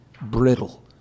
brittle